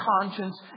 conscience